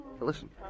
Listen